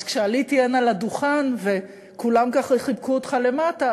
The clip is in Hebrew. אז כשעליתי הנה לדוכן וכולם ככה חיבקו אותך למטה,